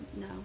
no